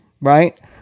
right